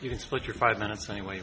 can split your five minutes anyway